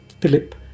Philip